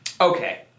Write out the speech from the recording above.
Okay